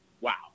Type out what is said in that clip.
wow